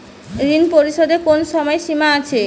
ঋণ পরিশোধের কোনো সময় সীমা আছে?